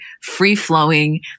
free-flowing